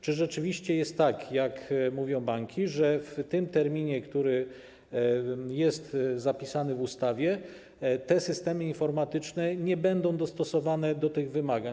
Czy rzeczywiście jest tak, jak mówią banki, że w tym terminie, który jest zapisany w ustawie, te systemy informatyczne nie będą dostosowane do tych wymagań.